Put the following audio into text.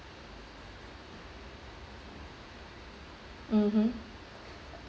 mmhmm